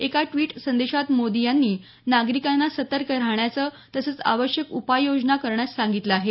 एका ट्वीट संदेशात मोदी यांनी नागरिकांना सतर्क राहण्याचं तसंच आवश्यक उपाययोजना करण्यास सांगितलं आहे